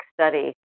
Study